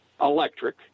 electric